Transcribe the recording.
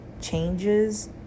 changes